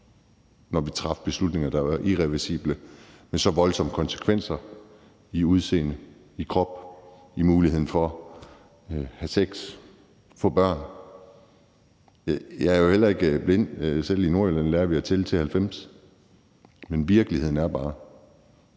når vi træffer beslutninger, der er irreversible med så voldsomme konsekvenser i udseende, i krop, i muligheden for at have sex, få børn. Jeg er jo heller ikke blind; selv i Nordjylland lærer vi at tælle til 90. Men virkeligheden er bare,